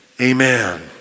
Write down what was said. amen